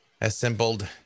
assembled